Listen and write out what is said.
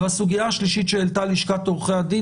והסוגייה השלישית שהעלתה לשכת עורכי הדין